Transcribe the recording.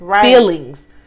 feelings